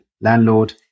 landlord